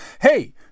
Hey